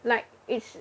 like it's